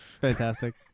fantastic